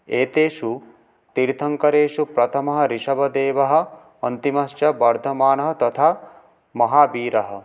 एतेषु तीर्थङ्करेषु प्रथमः ऋषभदेवः अन्तिमश्च वर्धमानः तथा महावीरः